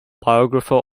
biographer